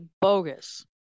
bogus